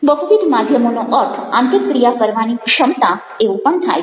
બહુવિધ માધ્યમોનો અર્થ આંતરક્રિયા કરવાની ક્ષમતા એવો પણ થાય છે